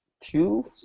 Two